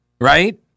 right